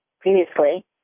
previously